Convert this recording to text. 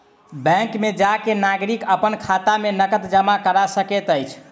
bank में जा के नागरिक अपन खाता में नकद जमा करा सकैत अछि